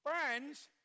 friends